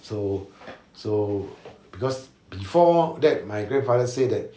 so so because before that my grandfather said that